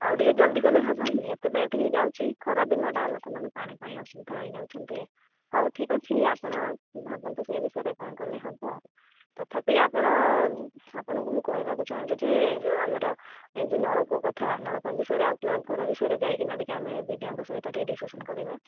ଆଉ ଟିକେ ଜଲଦି କଲେ ହବନି ଏତେ ଲେଟ୍ ହେଇଯାଉଛି ଖରାଦିନଟା ଲୋକମାନେ ପାଣି ପାଇଁ ଅସୁବିଧା ହେଇଯାଉଛନ୍ତି ହଉ ଠିକ୍ ଅଛି ଆପଣ ଭାବନ୍ତୁ ସେ ବିଷୟରେ କ'ଣ କଲେ ହେବ ତଥାପି ଆପଣ ଆପଣଙ୍କୁ ମୁଁ କହିବାକୁ ଚାହୁଁଛି ଯେ ଯେଉଁ ଆମର ଏଯେଉଁ ନଳକୂପ କଥା ନଳକୂପ ବିଷୟରେ କ୍ଳବ୍ ଘର ବିଷୟରେ ଯାଇକିନା ଟିକେ ଆମେ ବିଡ଼ିଓଙ୍କ ସହିତ ଡିସ୍କସନ୍ କରିବା